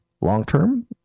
Long-term